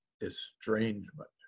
estrangement